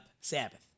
Sabbath